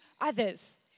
others